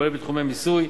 כולל בתחומי מיסוי,